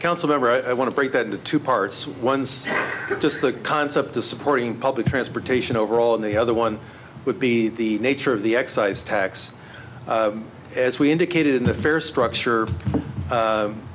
council member i want to break that two parts ones just the concept of supporting public transportation overall and the other one would be the nature of the excise tax as we indicated the fare structure